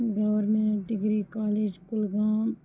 government degree college Kulgam